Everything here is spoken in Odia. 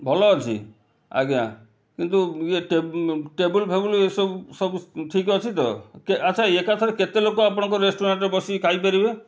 ଭଲ ଅଛି ଆଜ୍ଞା କିନ୍ତୁ ୟେ ଟେବୁଲ୍ ଫେବୁଲ୍ ଏ ସବୁ ସବୁ ଠିକ୍ ଅଛି ତ କେ ଆଚ୍ଛା ଏକାଥରେ କେତେ ଲୋକ ଆପଣଙ୍କ ରେଷ୍ଟୁରାଣ୍ଟ୍ରେ ବସିକି ଖାଇପାରିବେ